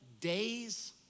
days